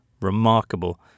remarkable